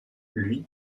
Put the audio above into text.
lui